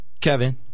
Kevin